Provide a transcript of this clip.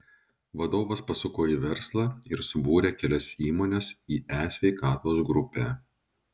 vadovas pasuko į verslą ir subūrė kelias įmones į e sveikatos grupę